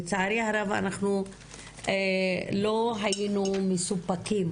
לצערי הרב אנחנו לא היינו מסופקים,